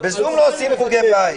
ב"זום" לא עושים חוגי בית.